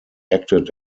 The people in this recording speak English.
acted